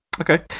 Okay